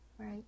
right